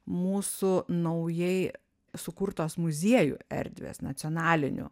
mūsų naujai sukurtos muziejų erdvės nacionaliniu